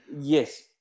Yes